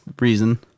reason